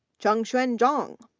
chengxuan zhang,